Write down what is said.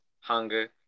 Hunger